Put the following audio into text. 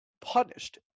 punished